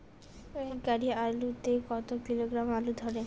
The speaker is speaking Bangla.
এক গাড়ি আলু তে কত কিলোগ্রাম আলু ধরে?